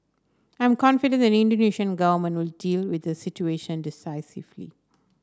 I am confident the Indonesian Government will deal with the situation decisively